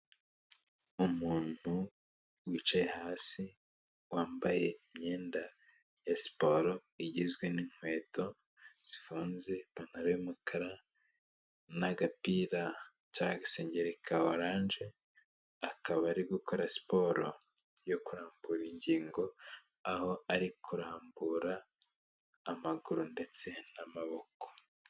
Umuntu wicaye hasi wambaye imyenda ya siporo igizwe n'inkweto zivanze ipantaro y'umukara n'agapira cyangwa agasengeri ka oranje, akaba ari gukora siporo yo kurambura ingingo, aho ari kurambura amaguru ndetse n'amaboko.